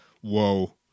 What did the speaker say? Whoa